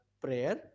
prayer